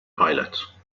pilot